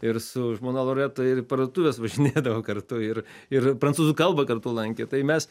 ir su žmona loreta ir į parduotuves važinėdavo kartu ir ir prancūzų kalbą kartu lankė tai mes